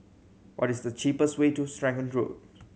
what is the cheapest way to Serangoon Road